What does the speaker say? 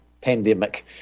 pandemic